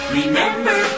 Remember